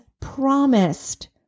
promised